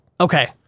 Okay